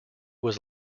was